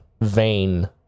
vein